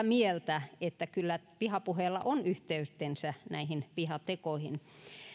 mieltä että kyllä vihapuheella on yhteytensä näihin vihatekoihin